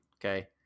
Okay